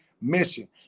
mission